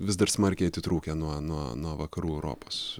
vis dar smarkiai atitrūkę nuo nuo nuo vakarų europos